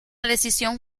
decisión